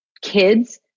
kids